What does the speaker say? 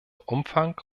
umfang